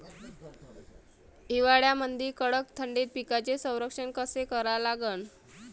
हिवाळ्यामंदी कडक थंडीत पिकाचे संरक्षण कसे करा लागन?